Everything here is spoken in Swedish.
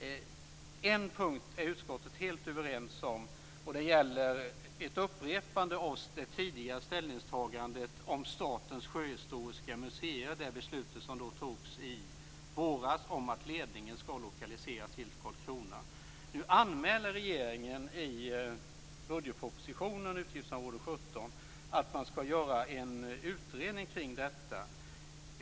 En punkt är utskottet helt överens om. De gäller ett upprepande av det tidigare ställningstagandet om Statens sjöhistoriska museer. Det gäller det beslut som fattade i våras om att ledningen skall lokaliseras till Karlskrona. Nu anmäler regeringen i budgetpropositionen, utgiftsområde 17, att man skall göra en utredning omkring detta.